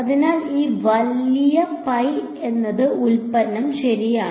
അതിനാൽ ഈ വലിയ പൈ എന്നത് ഉൽപ്പന്നം ശരിയാണ്